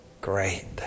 Great